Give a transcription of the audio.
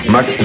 Max